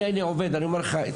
אני הייתי עובד אני אומר לך,